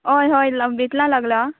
हय हय बेतलां लागलां